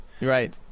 Right